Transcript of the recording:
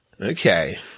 Okay